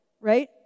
right